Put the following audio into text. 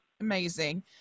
amazing